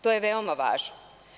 To je veoma važno.